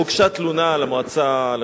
הוגשה תלונה מסודרת.